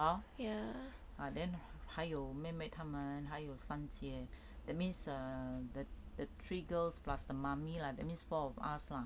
hor ah then 还有妹妹他们还有三姐 that means err the the three girls plus the mummy lah that means four of us lah